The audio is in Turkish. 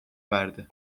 verdi